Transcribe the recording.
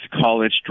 college